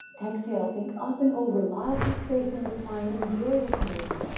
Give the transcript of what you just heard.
exhale. think up and over. lots of space in the spine. enjoy this movement.